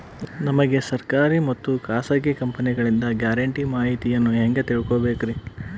ನಮಗೆ ಸರ್ಕಾರಿ ಮತ್ತು ಖಾಸಗಿ ಕಂಪನಿಗಳಿಂದ ಗ್ಯಾರಂಟಿ ಮಾಹಿತಿಯನ್ನು ಹೆಂಗೆ ತಿಳಿದುಕೊಳ್ಳಬೇಕ್ರಿ?